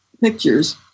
pictures